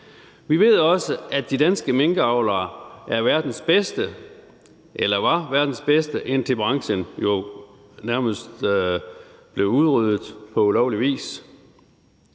Vi ved også, at de danske minkavlere er verdens bedste eller var verdens bedste, indtil branchen jo nærmest blev udryddet på ulovlig vis.